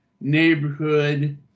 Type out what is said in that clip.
neighborhood